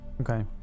okay